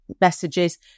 messages